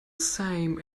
same